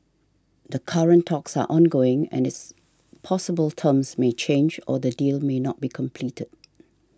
the current talks are ongoing and it's possible terms may change or the deal may not be completed